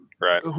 right